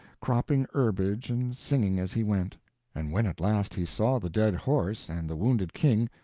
cropping herbage and singing as he went and when at last he saw the dead horse and the wounded king,